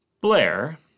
Blair